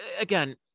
Again